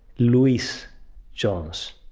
luis jones!